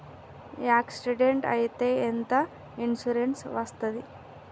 Accident అయితే ఎంత insurance వస్తది?